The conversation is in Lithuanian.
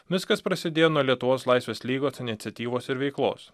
viskas prasidėjo nuo lietuvos laisvės lygos iniciatyvos ir veiklos